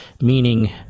meaning